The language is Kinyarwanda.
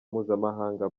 mpuzamahanga